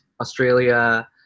Australia